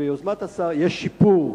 ביוזמת השר, יש שיפור.